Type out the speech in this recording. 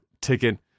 ticket